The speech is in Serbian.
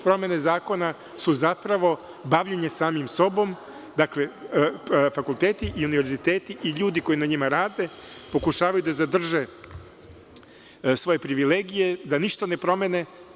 Promene zakona su zapravo bavljenje samim sobom, dakle, fakulteti i univerziteti i ljudi koji na njima rade pokušavaju da zadrže svoje privilegije, da ništa ne promene.